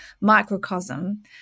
microcosm